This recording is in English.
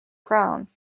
crown